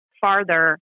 farther